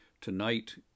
tonight